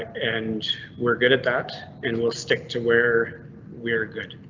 and we're good at that and will stick to where we're good.